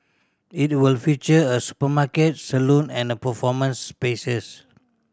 it will feature a supermarket salon and performance spaces